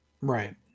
Right